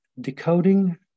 decoding